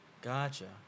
Gotcha